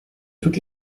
toutes